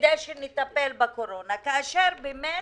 כדי שנטפל בקורונה כאשר באמת